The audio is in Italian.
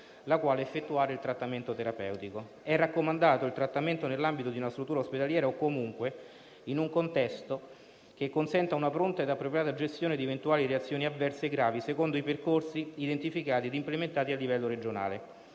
la quale effettuare il trattamento terapeutico. È raccomandato il trattamento nell'ambito di una struttura ospedaliera o comunque in un contesto che consenta una pronta e appropriata gestione di eventuali reazioni avverse gravi, secondo i percorsi identificati e implementati a livello regionale.